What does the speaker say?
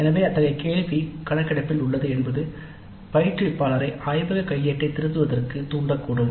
எனவே அத்தகைய கேள்வி கணக்கெடுப்பில் உள்ளது என்பது பயிற்றுவிப்பாளரை ஆய்வக கையேட்டை திருத்துவதற்கு தூண்டக் கூடும்